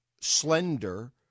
slender